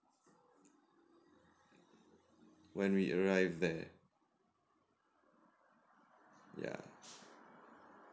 when we arrived there ya